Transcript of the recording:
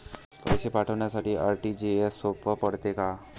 पैसे पाठवासाठी आर.टी.जी.एसचं सोप पडते का?